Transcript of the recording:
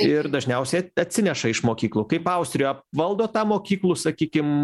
ir dažniausiai atsineša iš mokyklų kaip austrijoj valdo tą mokyklų sakykim